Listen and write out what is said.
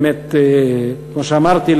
כמו שאמרתי,